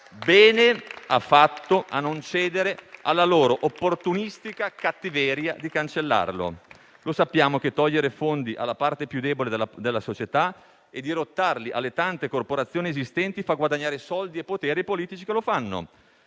bene a non cedere alla loro opportunistica cattiveria di cancellarlo. Sappiamo che togliere fondi alla parte più debole della società e dirottarli alle tante collaborazioni esistenti fa guadagnare soldi e potere ai politici che lo fanno.